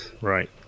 Right